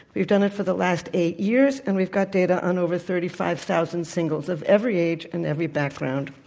we've done it for the last eight years and we've got data on over thirty five thousand singles of every age and every background.